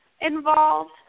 involved